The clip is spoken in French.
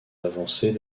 avancées